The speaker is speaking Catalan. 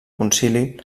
concili